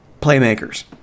playmakers